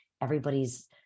everybody's